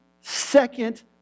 second